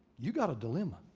you got a dilemma.